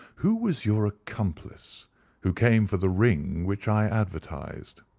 who was your accomplice who came for the ring which i advertised?